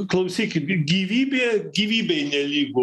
klausykit gyvybė gyvybei nelygu